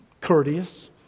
courteous